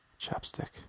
Chapstick